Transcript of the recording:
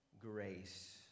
Grace